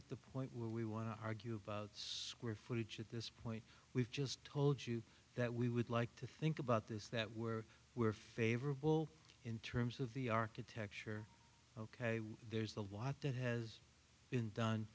at the point where we want to argue about square footage at this point we've just told you that we would like to think about this that were were favorable in terms of the architecture ok there's a watt that has been done